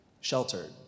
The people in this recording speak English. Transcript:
sheltered